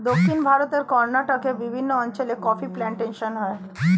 দক্ষিণ ভারতে কর্ণাটকের বিভিন্ন অঞ্চলে কফি প্লান্টেশন হয়